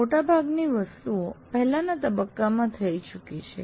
મોટાભાગની વસ્તુઓ પહેલાના તબક્કામાં થઈ ચૂકી છે